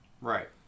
Right